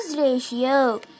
ratio